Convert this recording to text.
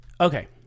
Okay